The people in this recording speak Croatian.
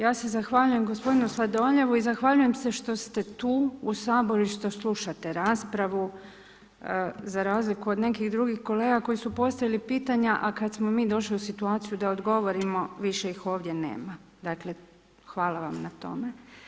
Ja se zahvaljujem gospodinu Sladoljevu i zahvaljujem se što ste tu u Saboru i što slušate raspravu, za razliku od nekih drugih kolega, koji su postavili pitanja, a kada smo mi došli u situaciju da odgovorimo više ih ovdje nema, dakle, hvala vam na tome.